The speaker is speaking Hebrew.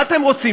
מה אתם רוצים?